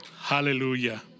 Hallelujah